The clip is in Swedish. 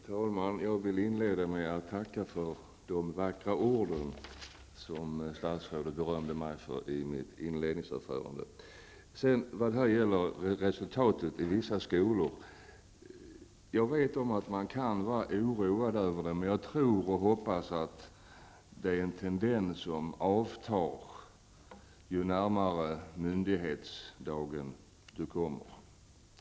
Herr talman! Jag vill inleda med att tacka för de vackra orden i statsrådets beröm för mitt inledningsanförande. Man kan vara oroad över resultatet i vissa skolval. Man jag tror och hoppas att det är en tendens som avtar ju närmare myndighetsdagen ungdomarna kommer.